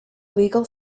legal